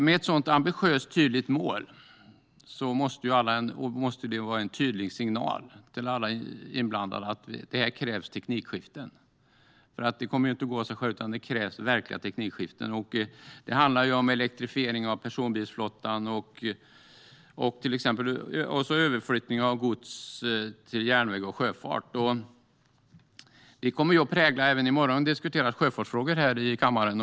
Ett sådant ambitiöst och tydligt mål är en tydlig signal till alla inblandade att det krävs teknikskiften. Det kommer inte att gå av sig självt, utan det krävs verkliga teknikskiften. Det handlar om elektrifiering av personbilsflottan och överflyttning av gods till järnväg och sjöfart. Vi kommer i morgon att diskutera sjöfartsfrågor här i kammaren.